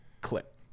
clip